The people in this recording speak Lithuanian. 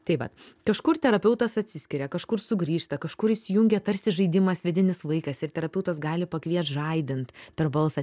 tai vat kažkur terapeutas atsiskiria kažkur sugrįžta kažkur įsijungia tarsi žaidimas vidinis vaikas ir terapeutas gali pakviest žaidint per balsą